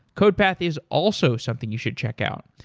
codepath is also something you should check out.